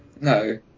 No